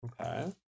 Okay